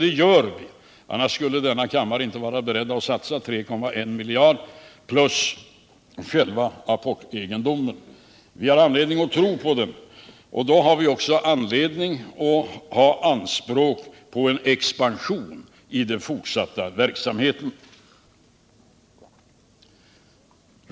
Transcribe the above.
Och det gör vi, för annars skulle inte denna kammare vara beredd att satsa 3,1 miljarder kronor plus själva apportegendomen. Vi har anledning att tro på företaget, och därför har vi också anledning att ha anspråk på en expansion i fortsättningen.